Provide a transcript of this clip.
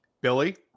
Billy